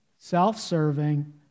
self-serving